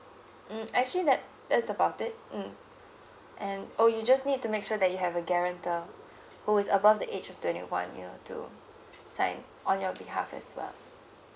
mm actually that that's about it mm and oh you just need to make sure that you have a guarantor who is above the age of twenty one year to sign on your behalf as well